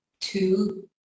two